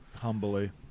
Humbly